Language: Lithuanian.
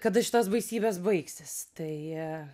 kada šitos baisybės baigsis tai